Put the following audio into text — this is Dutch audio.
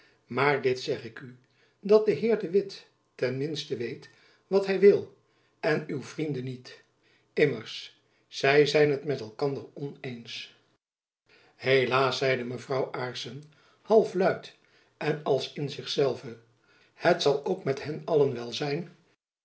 maar dit zeg ik u dat de heer de witt ten minsten weet wat hy wil en uw vrienden niet immers zy zijn het met elkander oneens helaas zeide mevrouw aarssen half luid en als in zich zelve t zal ook met hen allen